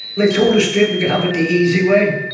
they told us straight we could have it the easy way,